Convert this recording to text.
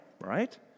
right